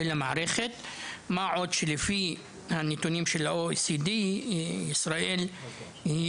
כי לפי הנתונים של ה-OECD ישראל היא